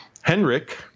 Henrik